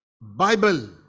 Bible